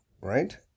right